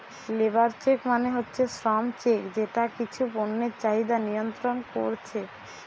labour check মানে হচ্ছে শ্রম চেক যেটা কিছু পণ্যের চাহিদা নিয়ন্ত্রণ কোরছে